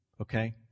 okay